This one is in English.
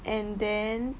and then